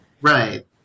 right